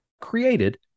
created